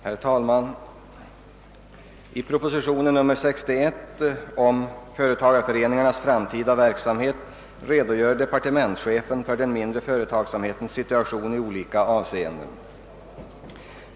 Herr talman! I proposition nr 61 om företagareföreningarnas framtida verksamhet redogör departementschefen för den mindre företagsamhetens organisation i olika avseenden.